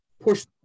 push